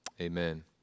Amen